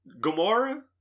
Gamora